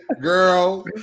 girl